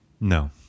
No